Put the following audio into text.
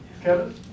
Kevin